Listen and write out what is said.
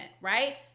right